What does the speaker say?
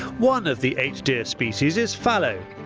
one of the eight deer species is fallow.